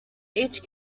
each